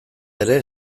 ere